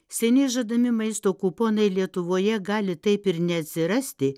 seniai žadami maisto kuponai lietuvoje gali taip ir neatsirasti